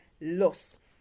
loss